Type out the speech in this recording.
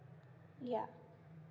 ya